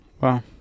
Wow